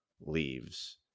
Leaves